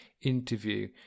interview